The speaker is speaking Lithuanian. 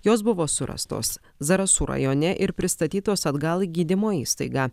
jos buvo surastos zarasų rajone ir pristatytos atgal į gydymo įstaigą